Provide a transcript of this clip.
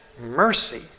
mercy